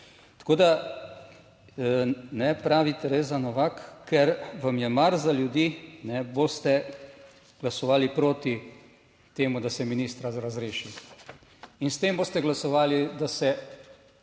Tako da, ne, pravi Tereza Novak, ker vam je mar za ljudi, ne, boste glasovali proti temu, da se ministra razreši. In s tem boste glasovali, da se